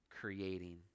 creating